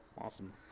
Awesome